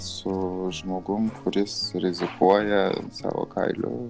su žmogum kuris rizikuoja savo kailiu